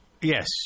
Yes